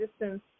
distance